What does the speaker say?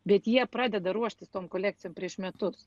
bet jie pradeda ruoštis tom kolekcijom prieš metus